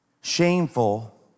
shameful